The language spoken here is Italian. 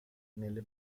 nelle